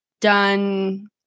done